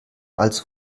als